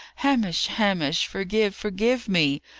hamish, hamish! forgive forgive me!